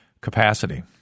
capacity